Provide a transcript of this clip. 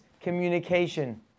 communication